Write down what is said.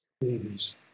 babies